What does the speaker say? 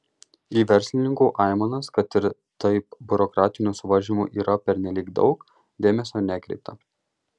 į verslininkų aimanas kad ir taip biurokratinių suvaržymų yra pernelyg daug dėmesio nekreipta